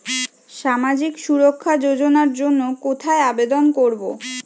সামাজিক সুরক্ষা যোজনার জন্য কোথায় আবেদন করব?